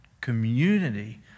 community